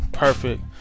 Perfect